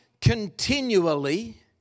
continually